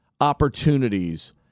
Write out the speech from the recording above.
opportunities